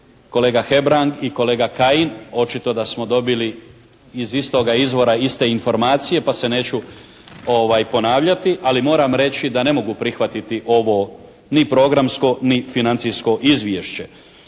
kolega Hebrang i kolega Kajin. Očito da smo dobili iz istoga izvora iste informacije pa se neću ponavljati, ali moram reći da ne mogu prihvatiti ovo ni programsko ni financijsko izvješće.